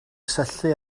syllu